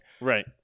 Right